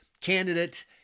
candidate